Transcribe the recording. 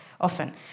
often